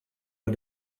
bei